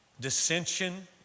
dissension